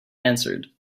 answered